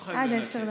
לא חייבים עשר דקות.